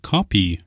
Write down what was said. Copy